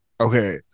Okay